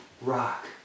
rock